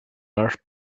large